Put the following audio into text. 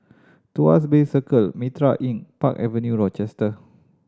Tuas Bay Circle Mitraa Inn Park Avenue Rochester